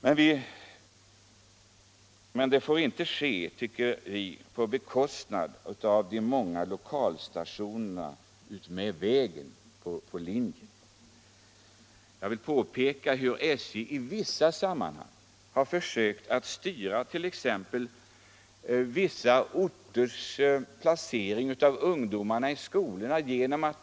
Men sådan trafik får inte utvecklas på bekostnad av de många lokalstationerna utmed linjen. I vissa sammanhang har SJ försökt styra en orts placering av ungdomar i skolan.